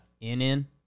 in-in